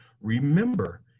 Remember